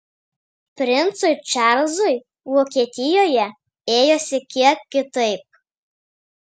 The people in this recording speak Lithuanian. princui čarlzui vokietijoje ėjosi kiek kitaip